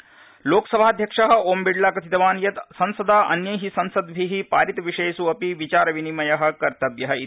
ओमबिडला लोकसभाध्यक्षः ओमबिडला कथितवान यत्संसदा अन्यैः संसद्भिः पारितविषयेष् अपि विचारविनिमयः कर्तव्यः इति